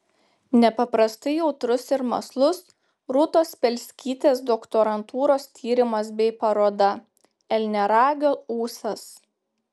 nepaprastai jautrus ir mąslus rūtos spelskytės doktorantūros tyrimas bei paroda elniaragio ūsas